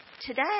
today